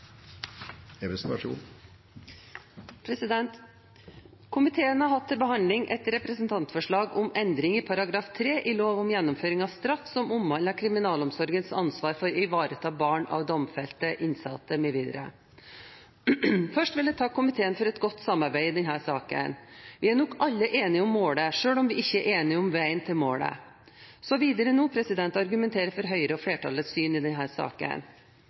anses vedtatt. Komiteen har hatt til behandling et representantforslag om endring i § 3 i lov om gjennomføring av straff mv., som omhandler kriminalomsorgens ansvar for å ivareta barn av domfelte eller innsatte mv. Først vil jeg takke komiteen for et godt samarbeid i denne saken. Vi er nok alle enige om målet, selv om vi ikke er enige om veien til målet. Så videre nå argumenterer jeg for Høyres og flertallets syn i